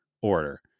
order